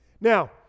Now